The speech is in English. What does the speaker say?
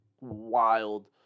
wild